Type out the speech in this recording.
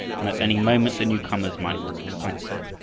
and at any moment the newcomers might excite them.